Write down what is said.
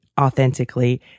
authentically